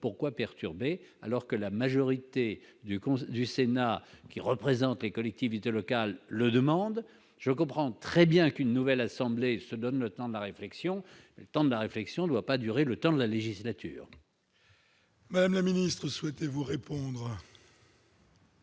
pourquoi perturber alors que la majorité du conseil du Sénat, qui représente les collectivités locales le demande, je comprends très bien qu'une nouvelle assemblée se donne le temps de la réflexion, le temps de la réflexion doit pas durer le temps de la législature. Madame la Ministre, souhaitez vous répondre.